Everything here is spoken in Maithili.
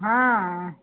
हँऽ